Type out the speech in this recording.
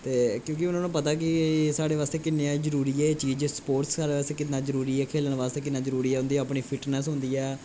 क्योंकि उ'नें नूं पता ऐ कि साढ़े वास्ते एह् किन्ने जरूरी ऐ एह् चीज स्पोर्टस आस्तै कि'न्ना जरूरी ऐ अपनी फिटनैस होंदी ऐ